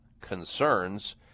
concerns